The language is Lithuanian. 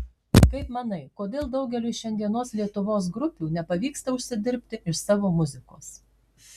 kaip manai kodėl daugeliui šiandienos lietuvos grupių nepavyksta užsidirbti iš savo muzikos